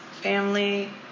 family